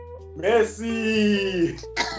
Messi